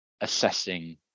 assessing